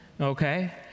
Okay